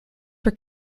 were